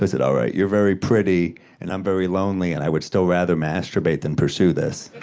i said, all right, you're very pretty and i'm very lonely, and i would still rather masturbate than pursue this.